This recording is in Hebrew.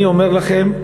אני אומר לכם,